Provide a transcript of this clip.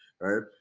right